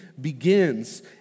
begins